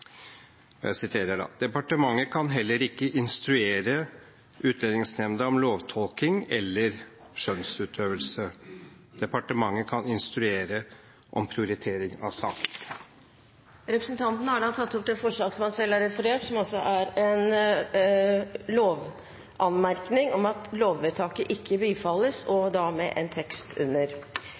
og tredje punktum antas å burde lyde: «Departementet kan heller ikke instruere Utlendingsnemnda om lovtolkning eller skjønnsutøvelse. Departementet kan instruere om prioritering av saker.»» Representanten Hans Olav Syversen har tatt opp det forslaget han refererte til, som altså er en lovanmerkning om at lovvedtaket ikke bifalles, og med en tekst under.